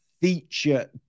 feature